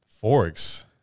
Forks